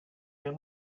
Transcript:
can